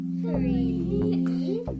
three